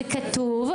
זה כתוב,